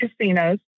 casinos